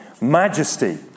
Majesty